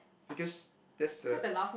because that's the